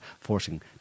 forcing